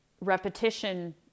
repetition